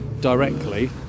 directly